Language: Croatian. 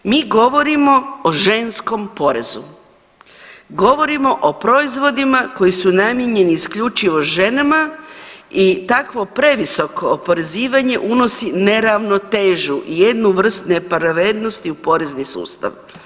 Mi govorimo o ženskom porezu, govorimo o proizvodima koji su namijenjeni isključivo ženama i takvo previsoko oporezivanje unosi neravnotežu, jednu vrst nepravednosti u porezni sustav.